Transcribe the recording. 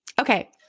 Okay